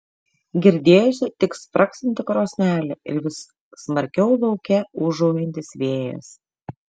girdėjosi tik spragsinti krosnelė ir vis smarkiau lauke ūžaujantis vėjas